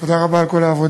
תודה רבה על כל העבודה.